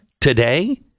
today